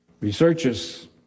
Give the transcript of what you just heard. Researchers